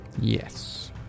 Yes